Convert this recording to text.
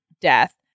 death